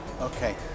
Okay